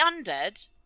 undead